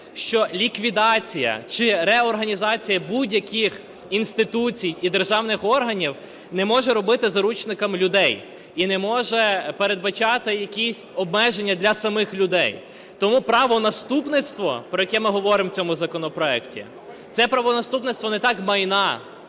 що ліквідація чи реорганізація будь-яких інституцій і державних органів не може робити заручниками людей і не може передбачати якісь обмеження для самих людей. Тому правонаступництво, про яке ми говоримо в цьому законопроекті, це правонаступництво не так майна,